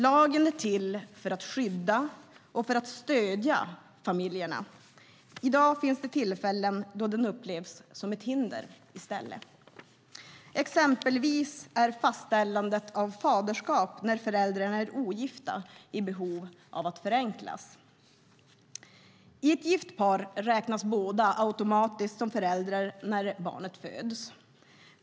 Lagen är till för att skydda och stödja familjerna. I dag finns det tillfällen när lagen i stället upplevs som ett hinder. Exempelvis är fastställandet av faderskap när föräldrarna är ogifta i behov av förenkling. Ett gift par räknas båda automatiskt som föräldrar när barnet föds.